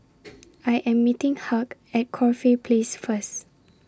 I Am meeting Hugh At Corfe Place First